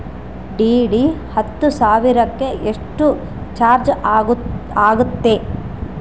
DD ಹತ್ತು ಸಾವಿರಕ್ಕೆ ಎಷ್ಟು ಚಾಜ್೯ ಆಗತ್ತೆ?